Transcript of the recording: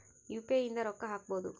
UPI ಇಂದ ರೊಕ್ಕ ಹಕ್ಬೋದು